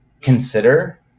consider